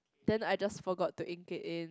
then I just forgot to ink it in